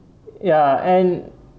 ya and